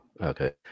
okay